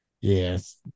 yes